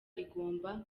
igomba